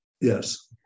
Yes